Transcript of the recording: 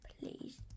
please